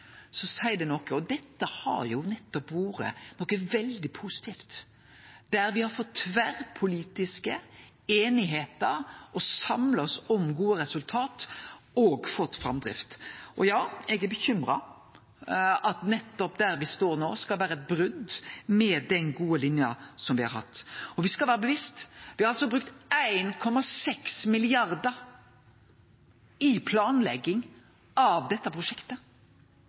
så seier det noko. Og dette har nettopp vore noko veldig positivt, der me har fått tverrpolitisk einigheit og samla oss om gode resultat og fått framdrift. Og ja, eg er bekymra for at det nettopp der me står no, skal bli eit brot med den gode linja me har hatt. Me skal vere medvitne. Me har altså brukt 1,6 mrd. kr i planlegging av dette prosjektet.